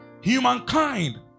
Humankind